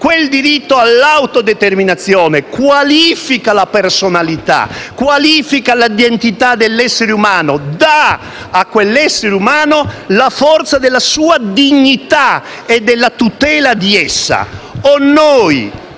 Quel diritto all'autodeterminazione qualifica la personalità, qualifica l'identità dell'essere umano, dà a quell'essere umano la forza della sua dignità e della tutela di essa. O noi